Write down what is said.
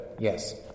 Yes